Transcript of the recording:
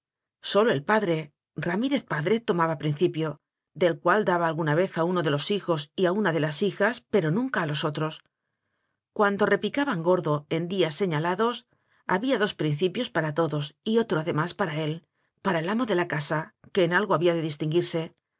sólo el padre ramí rez padre tomaba principio del cual daba alguna vez a uno de los hijos y a una de las hijas pero nunca a los otros cuando repi caban gordo en días señalados había dos principios para todos y otro además para él para el amo de la casa que en algo había de distinguirse